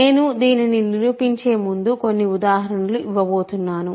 నేను దీనిని నిరూపించే ముందు కొన్ని ఉదాహరణలు ఇవ్వబోతున్నాను